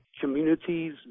communities